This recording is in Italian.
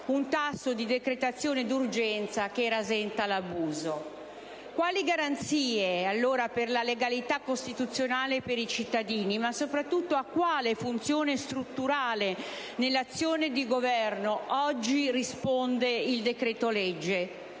un tasso di decretazione d'urgenza che rasenta l'abuso. Quali garanzie, allora, per la legalità costituzionale e per i cittadini? Ma, soprattutto, a quale funzione strutturale nell'azione di Governo risponde oggi il decreto-legge?